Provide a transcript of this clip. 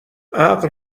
عقل